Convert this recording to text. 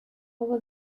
over